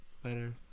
Spider